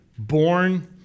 Born